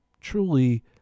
truly